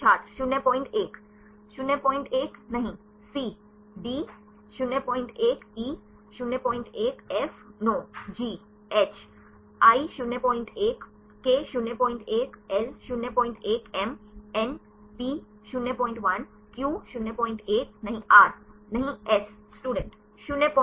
छात्र 01 01 नहीं C D 01 E 01 F no G H I 01 K 01 L 01 M N P 01 Q 01 नहीं R नहीं S student 01